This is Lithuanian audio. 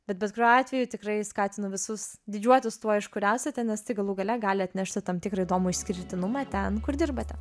bet bet kuriuo atveju tikrai skatinu visus didžiuotis tuo iš kur esate nes tai galų gale gali atnešti tam tikrą įdomų išskirtinumą ten kur dirbate